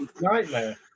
nightmare